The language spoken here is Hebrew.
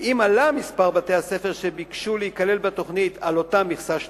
ואם עלה מספר בתי-הספר שביקשו להיכלל בתוכנית על אותה מכסה שנתית,